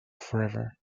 forever